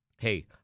hey